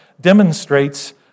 demonstrates